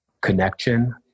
connection